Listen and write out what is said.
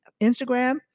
Instagram